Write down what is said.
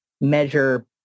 measure